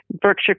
Berkshire